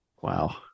Wow